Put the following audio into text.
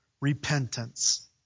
repentance